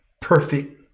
perfect